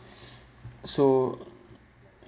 so